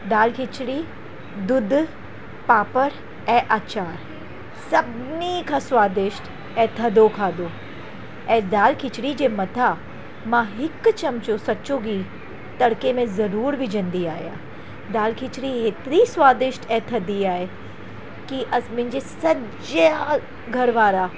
दाल खिचड़ी दूध पापड़ ऐं आचार सभिनी खां स्वादिष्ट ऐं थधो खाधो ऐं दाल खिचड़ी जे मथां मां हिकु चमचो सचो गीहु तड़के में ज़रूरु विझंदी आहियां दाल खिचड़ी एतिरी स्वादिष्ट ऐं थधी आहे की असां मुंहिंजा सॼा घर वारा